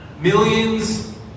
millions